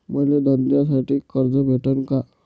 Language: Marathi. मले धंद्यासाठी कर्ज भेटन का?